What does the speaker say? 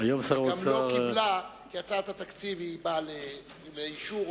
כי הצעת התקציב מובאת לאישור,